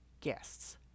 guests